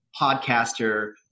podcaster